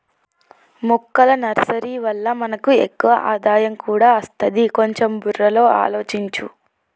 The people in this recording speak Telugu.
మొక్కల నర్సరీ వల్ల మనకి ఎక్కువ ఆదాయం కూడా అస్తది, కొంచెం బుర్రలో ఆలోచించు